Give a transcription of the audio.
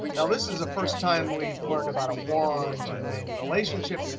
now this is the first time we've learned about a one to many relationship.